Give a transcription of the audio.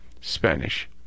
Spanish